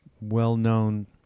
well-known